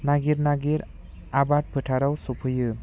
नागिर नागिर आबाद फोथाराव सफैयो